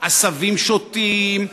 עשבים שוטים,